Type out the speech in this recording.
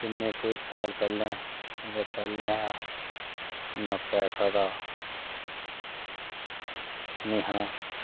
किन्ने कुश साल पैह्लें एह्दे पैह्लें शा इन्ना पैसा दा नेहा